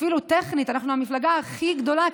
אפילו טכנית אנחנו המפלגה הכי גדולה,